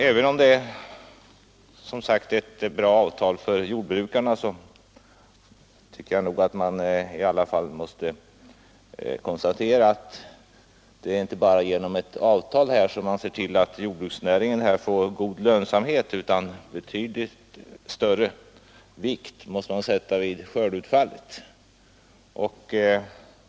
Även om det som sagt är ett bra avtal för jordbrukarna, måste man konstatera att det inte bara är genom avtal som man ser till att jordbruksnäringen får god lönsamhet. Betydligt större vikt måste sättas vid skördeutfallet.